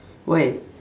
why